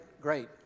great